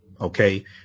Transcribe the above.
Okay